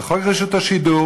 על חוק רשות השידור,